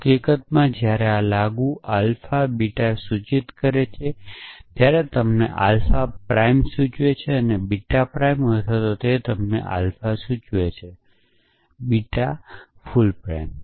તેથી હકીકતમાં જ્યારે લાગુ આલ્ફાબીટા સૂચિત કરે છે ત્યારે તે તમને આલ્ફાપ્રાઇમ સૂચવે છે બીટા પ્રાઇમ અથવા તે તમને આલ્ફાસૂચવે છે બીટા આખા પ્રાઇમ